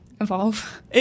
Evolve